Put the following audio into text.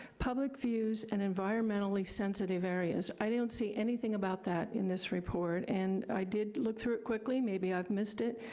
public views, and environmentally sensitive areas. i don't see anything about that in this report, and i did look through it quickly. maybe i've missed it,